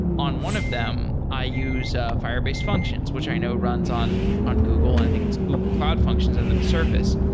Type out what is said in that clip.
on one of them, i use firebase functions, which i know runs on on google and i think it's google cloud functions under the surface.